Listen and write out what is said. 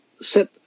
set